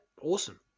awesome